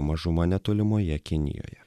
mažuma netolimoje kinijoje